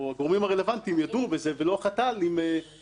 הרלוונטיים ידונו בזה ולא החת"ל עם עצמם.